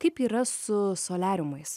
kaip yra su soliariumais